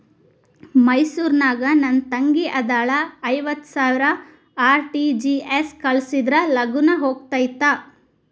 ಮೈಸೂರ್ ನಾಗ ನನ್ ತಂಗಿ ಅದಾಳ ಐವತ್ ಸಾವಿರ ಆರ್.ಟಿ.ಜಿ.ಎಸ್ ಕಳ್ಸಿದ್ರಾ ಲಗೂನ ಹೋಗತೈತ?